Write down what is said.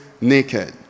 naked